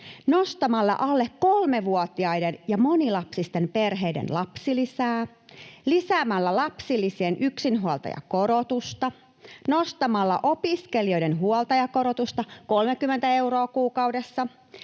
nostamalla alle kolmevuotiaiden ja monilapsisten perheiden lapsilisää, lisäämällä lapsilisien yksinhuoltajakorotusta, nostamalla opiskelijoiden huoltajakorotusta 30 euroa kuukaudessa.